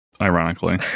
ironically